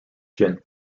jin